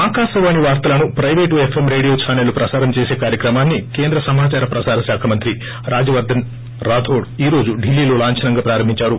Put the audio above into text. ఆకాశవాణి వార్తలను పైపేటు FM radio ఛానెళ్లు ప్రసారం చేసే కార్యక్రమాన్ని కేంద్ర సమాదార ప్రసార శాఖ మంత్రి రాజ్యవర్గన్ రాథోడ్ ఈ రోజు ఢిల్లీలో లాంఛనంగా ప్రారంభించారు